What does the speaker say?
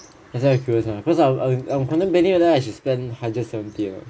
that's why curious ah cause I I I'm contemplating whether I should spend hundred seventy or not